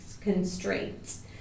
constraints